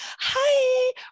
hi